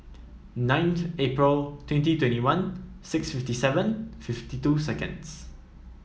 ninth April twenty twenty one six fifty seven fifty two seconds